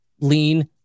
lean